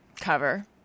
Cover